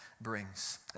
brings